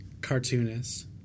cartoonist